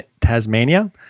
Tasmania